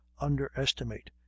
underestimate